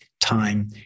time